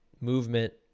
movement